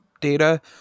data